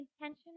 intention